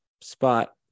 spot